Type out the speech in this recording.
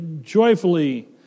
joyfully